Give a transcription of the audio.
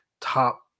top